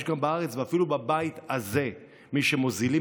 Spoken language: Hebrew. יש גם בארץ ואפילו בבית הזה מי שמוזילים